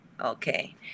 Okay